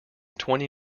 twenty